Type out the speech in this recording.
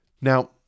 Now